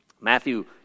Matthew